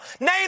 name